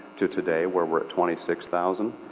to today where we're at twenty six thousand.